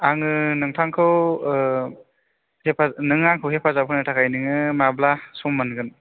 आङो नोंथांखौ नों आंखौ हेफाजाब होनो थाखाय नोङो माब्ला सम मोनगोन